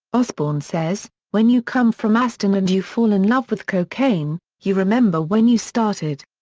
osbourne says when you come from aston and you fall in love with cocaine, you remember when you started.